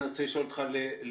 אני רוצה לשאול אותך לסיום.